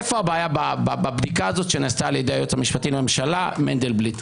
איפה הבעיה בבדיקה הזאת שנעשתה על ידי היועץ המשפטי לממשלה מנדלבליט?